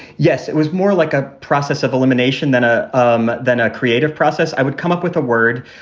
yes, it was more like a process of elimination than a um than a creative process. i would come up with a word,